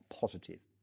positive